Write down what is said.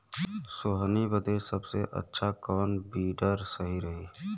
सोहनी बदे सबसे अच्छा कौन वीडर सही रही?